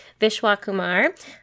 Vishwakumar